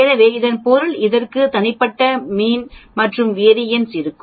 எனவே இதன் பொருள் இதற்கு தனிப்பட்ட மீண் மற்றும் வெறியன்ஸ் இருக்கும்